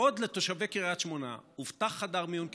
לתושבי קריית שמונה הובטח חדר מיון קדמי,